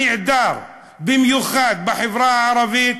הנעדר במיוחד בחברה הערבית,